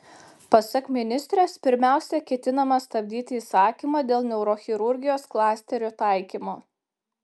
pasak ministrės pirmiausia ketinama stabdyti įsakymą dėl neurochirurgijos klasterio taikymo